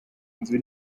inzu